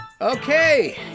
Okay